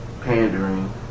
Pandering